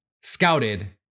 scouted